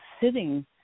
sitting